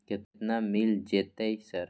केतना मिल जेतै सर?